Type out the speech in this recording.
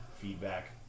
feedback